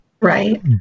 Right